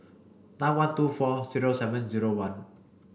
nine one two four zero seven zero one